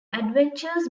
adventurers